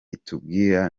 itubwira